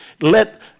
Let